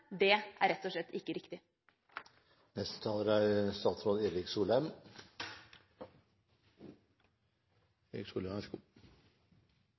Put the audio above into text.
Det er rett og slett ikke